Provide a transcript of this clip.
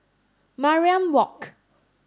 Mariam Walk